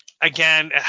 Again